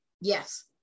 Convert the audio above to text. Yes